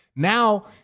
Now